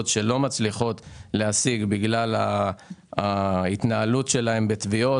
שלא מצליחות להשיג ביטוח בגלל ההתנהגות שלהן בתביעות